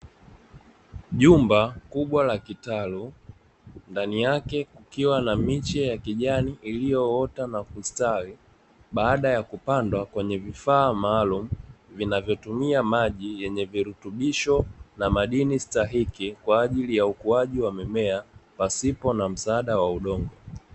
Jumba kubwa la kitalu ndani yake kukiwa na miche ya kijani iliyoota na kustawi, baada ya kupandwa kwenye vifaa maalumu vinavyotumia maji yenye virutubisho na madini stahiki kwaajili ya ukuaji wa mimea pasipo na msaada wa udongo.